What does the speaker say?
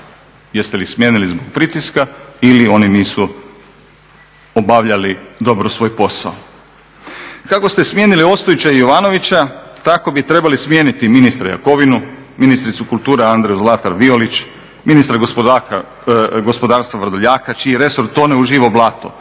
Jeste li ih smijenili zbog pritiska ili oni nisu obavljali dobro svoj posao? Kako ste smijenili Ostojića i Jovanovića, tako bi trebali smijeniti i ministra Jakovinu, ministricu kulture Andreu Zlatar Violić, ministra gospodarstva Vrdoljaka čiji resor tone u živo blato,